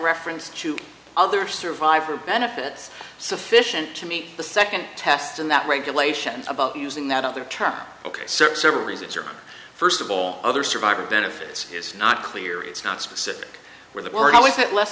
reference to other survivor benefits sufficient to meet the second test and that regulations about using that other term ok several reasons are first of all other survivor benefits his not clear it's not specific where the word always had less